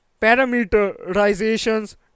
parameterizations